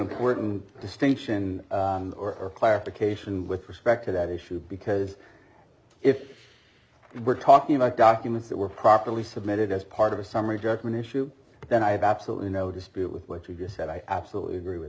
important distinction or clarification with respect to that issue because if we're talking about documents that were properly submitted as part of a summary judgment issue then i have absolutely no dispute with what you just said i absolutely agree with